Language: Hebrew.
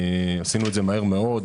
עשינו את זה מהר מאוד,